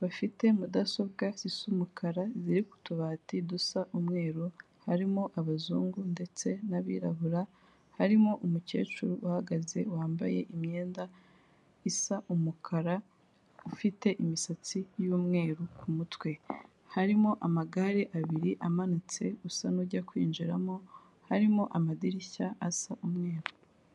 bafite mudasobwa zisa umukara, ziri ku tubati dusa umweru, harimo abazungu ndetse n'abirabura, harimo umukecuru uhagaze wambaye imyenda isa umukara, ufite imisatsi y'umweru ku mutwe, harimo amagare abiri amanitse usa n'ujya kwinjiramo, harimo amadirishya asa umweru.